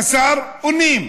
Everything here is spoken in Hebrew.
חסר אונים,